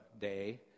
day